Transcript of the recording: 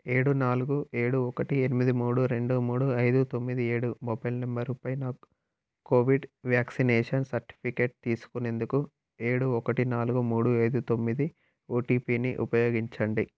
ఏడు నాలుగు ఏడు ఒకటి ఎనిమిది మూడు రెండు మూడు ఐదు తొమ్మిది ఏడు మొబైల్ నంబరుపై నా కోవిడ్ వ్యాక్సినేషన్ సర్టిఫికేట్ తీసుకునేందుకు ఏడు ఒకటి నాలుగు మూడు ఐదు తొమ్మిది ఓటిపిని ఉపయోగించండి